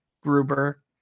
Gruber